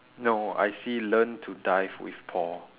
no I see learn to dive with Paul